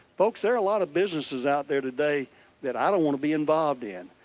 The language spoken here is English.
folks, there are a lot of businesses out there today that i don't want to be involved in,